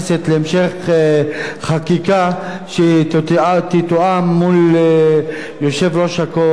שתתואם מול יושב-ראש הקואליציה וכל החברים הנוגעים לדבר.